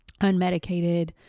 unmedicated